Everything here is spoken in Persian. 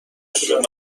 شهر